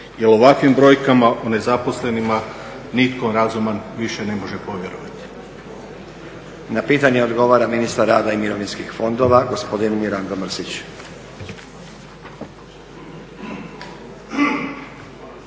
Jer ovakvim brojkama o nezaposlenima nitko razuman više ne može povjerovati. **Stazić, Nenad (SDP)** Na pitanje odgovara ministar rada i mirovinskih fondova gospodin Mirando Mrsić.